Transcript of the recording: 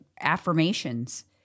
affirmations